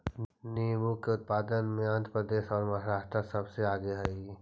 नींबू के उत्पादन में आंध्र प्रदेश और महाराष्ट्र सबसे आगे हई